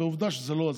ועובדה שזה לא עזר.